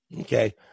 Okay